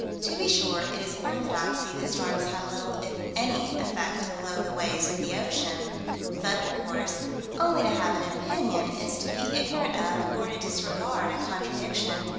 to be sure it is orthodoxy that storms have little, if any, effect below the waves of the ocean but of course only to have an opinion is to be ignorant of, or to disregard a contradiction,